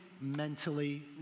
mentally